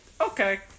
okay